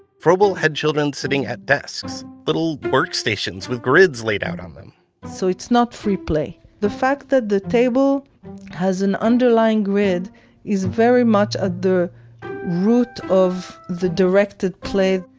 froebel had children sitting at desks, little workstations with grids laid out on them so it's not free play. the fact that the table has an underlying grid is very much at the root of the directed play.